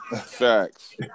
Facts